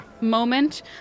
moment